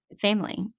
family